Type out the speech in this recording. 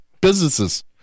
businesses